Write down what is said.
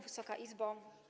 Wysoka Izbo!